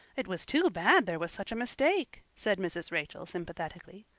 it was too bad there was such a mistake, said mrs. rachel sympathetically.